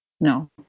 No